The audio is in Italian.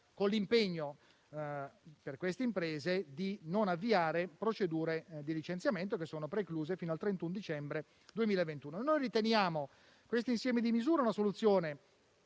con l'impegno per esse di non avviare procedure di licenziamento, che sono precluse fino al 31 dicembre 2021. Noi riteniamo questo insieme di misure una soluzione